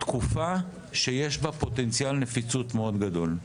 תקופה שיש בה פוטנציאל נפיצות מאוד גדול.